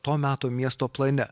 to meto miesto plane